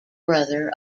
brother